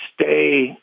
stay